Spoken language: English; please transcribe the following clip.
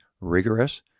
rigorous